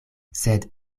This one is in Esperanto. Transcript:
sed